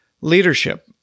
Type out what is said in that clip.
Leadership